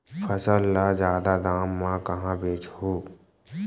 फसल ल जादा दाम म कहां बेचहु?